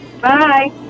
Bye